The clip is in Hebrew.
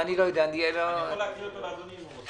אני יכול לקרוא אותו לאדוני אם הוא רוצה.